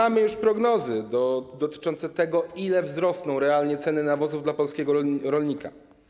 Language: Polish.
Czy mamy już prognozy dotyczące tego, ile wzrosną realnie ceny nawozów dla polskiego rolnika?